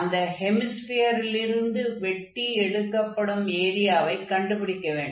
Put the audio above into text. அந்த ஹெமிஸ்பியரிலிருந்து வெட்டி எடுக்கப்படும் ஏரியவை கண்டுபிடிக்க வேண்டும்